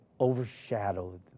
overshadowed